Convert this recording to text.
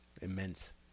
immense